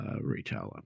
retailer